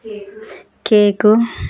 cake